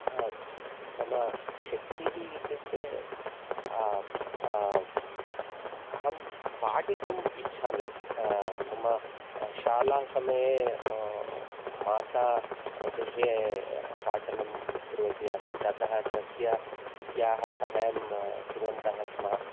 मम शक्तिः इत्युक्ते अहं पाठितुम् इच्छामि मम शालासमये म्मा माता गृहे पाठनं कुर्वति आसीत् ततः तस्य तस्याः सहायं कुर्वन्तः स्म